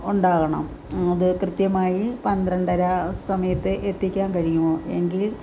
ഉണ്ടാകണം അത് കൃത്യമായി പന്ത്രണ്ടര സമയത്ത് എത്തിക്കാൻ കഴിയുമോ എങ്കിൽ